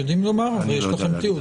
הרי יש לכם תיעוד.